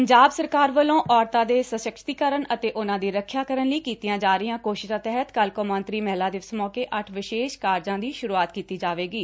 ਪੰਜਾਬ ਸਰਕਾਰ ਵਲੋਂ ਮਹਿਲਾਵਾਂ ਦੇ ਸਸਕਤੀਕਰਨ ਅਤੇ ਉਨੂਾਂ ਦੀ ਰੱਖਿਆ ਕਰਨ ਲਈ ਕੀਤੀਆਂ ਜਾ ਰਹੀਆਂ ਕੋਸ਼ਿਸ਼ਾਂ ਤਹਿਤ ਕੱਲ੍ਹ ਕੌਮਾਂਤਰੀ ਮਹਿਲਾ ਦਿਵਸ ਮੌਕੇ ਅੱਠ ਵਿਸ਼ੇਸ਼ ਕਾਰਜਾਂ ਦੀ ਸੁਰੂਆਤ ਕੀਤੀ ਜਾਵੇਗੀ